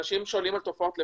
אנשים שואלים על תופעות לוואי.